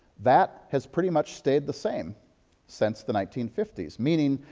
that has pretty much stayed the same since the nineteen fifty s, meaning,